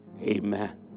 Amen